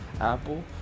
Apple